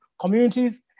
communities